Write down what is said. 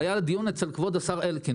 אגב, היה דיון אצל כבוד השר אלקין.